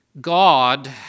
God